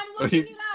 Okay